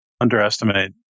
underestimate